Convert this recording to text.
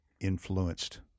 influenced